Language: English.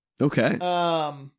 Okay